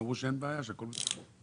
והם אמרו שאין בעיה ושהכל בסדר.